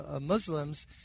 Muslims